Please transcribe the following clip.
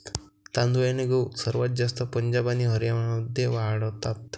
तांदूळ आणि गहू सर्वात जास्त पंजाब आणि हरियाणामध्ये वाढतात